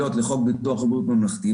קבילות לחוק ביטוח בריאות ממלכתי.